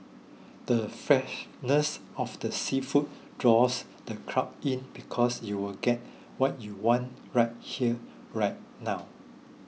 the freshness of the seafood draws the crowd in because you'll get what you want right here right now